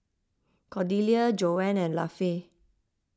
Cordelia Joann and Lafe